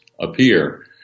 appear